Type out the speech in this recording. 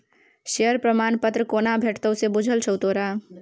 Share प्रमाण पत्र कोना भेटितौ से बुझल छौ तोरा?